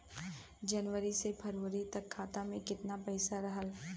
जनवरी से फरवरी तक खाता में कितना पईसा रहल?